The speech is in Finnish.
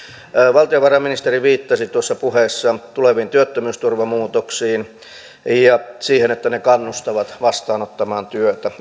valtiovarainministeri viittasi tuossa puheessa tuleviin työttömyysturvamuutoksiin ja siihen että ne kannustavat vastaanottamaan työtä